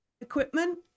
equipment